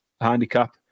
handicap